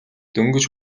дөнгөж